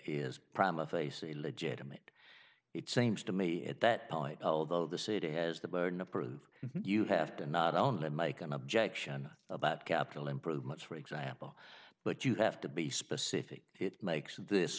a face illegitimate it seems to me at that point although the city has the burden of proof you have to not only make an objection about capital improvements for example but you have to be specific it makes this